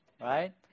right